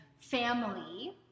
family